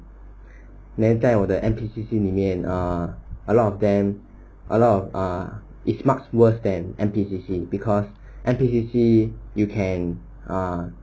then 在我的 N_P_C_C 里面 ah a lot of them a lot of ah it's much worse than N_P_C_C because N_P_C_C you can uh